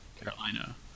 Carolina